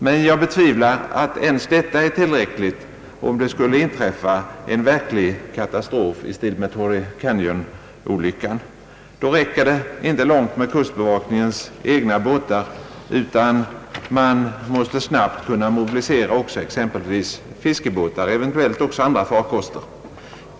Men jag betvivlar att ens detta är tillräckligt, om det skulle inträffa en verklig katastrof i stil med Torrey Canyonolyckan. Då räcker det inte långt med kustbevakningens egna båtar utan man måste snabbt kunna mobilisera exempelvis också fiskebåtar .och andra farkoster.